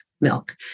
milk